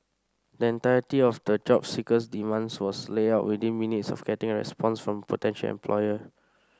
the entirety of the job seeker's demands was laid out within minutes of getting a response from potential employer